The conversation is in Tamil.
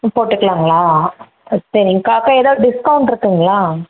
போட்டுக்கலாங்களா சரிங்க்கா அக்கா ஏதாவது டிஸ்கவுண்ட் இருக்குதுங்களா